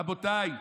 רבותיי,